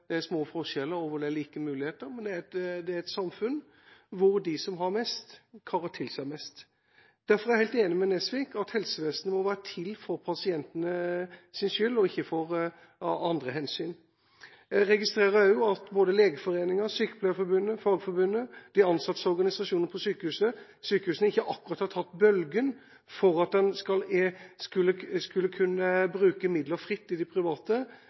det er små forskjeller og like muligheter, men et samfunn hvor de som har mest, karrer til seg mest. Derfor er jeg helt enig med Nesvik i at helsevesenet må være til for pasientenes skyld og ikke av andre hensyn. Jeg registrerer også at både Legeforeningen, Sykepleierforbundet og Fagforbundet, de ansattes organisasjoner på sykehusene, ikke akkurat har tatt bølgen for at en skal få bruke midler fritt i det private,